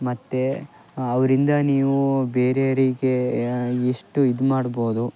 ಮತ್ತು ಅವರಿಂದ ನೀವು ಬೇರೆಯೋರಿಗೆ ಎಷ್ಟು ಇದು ಮಾಡ್ಬೋದು